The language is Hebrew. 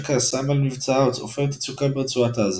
כעסם על מבצע "עופרת יצוקה" ברצועת עזה.